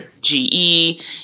GE